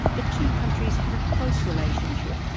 the two countries had a close relationship.